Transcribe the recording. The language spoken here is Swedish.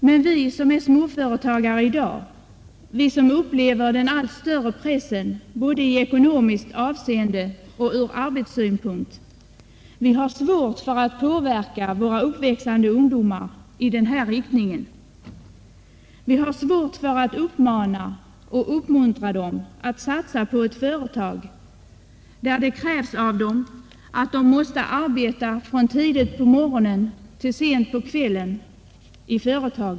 Men vi som är småföretagare i dag, vi som upplever den allt starkare pressen både i ekonomiskt avseende och ur arbetssynpunkt, har svårt för att påverka våra uppväxande ungdomar i denna riktning. Vi har svårt för att uppmana och uppmuntra dem att satsa på ett företag där det krävs att de arbetar från tidigt på morgonen till sent på kvällen.